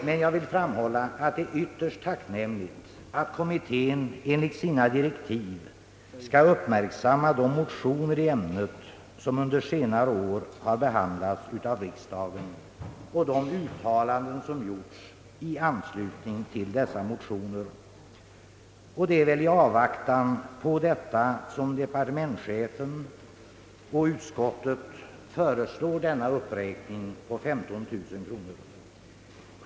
Men jag vill framhålla att det är ytterst tacknämligt att kommitten enligt sina direktiv skall uppmärksamma de motioner i ämnet, som under senare år har behandlats av riksdagen och de uttalanden som gjorts i anslutning till dessa motioner. Det är väl i avvaktan på detta som Ang. bidrag till sjövärnskåren departementschefen och utskottet föreslår en uppräkning med 15 000 kronor.